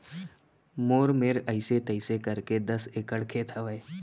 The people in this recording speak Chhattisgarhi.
मोर मेर अइसे तइसे करके दस एकड़ खेत हवय